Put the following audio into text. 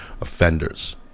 offenders